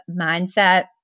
mindset